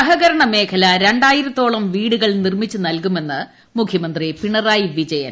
സഹകരണ മേഖല രണ്ടായിരത്തോളം വീടുകൾ നിർമ്മിച്ചു നൽകുമെന്ന് മുഖ്യമന്ത്രി പിണറായി വിജയൻ